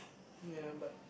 ya but